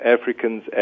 Africans